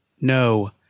No